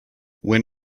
when